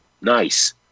nice